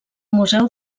museu